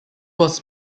was